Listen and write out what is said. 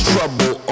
Trouble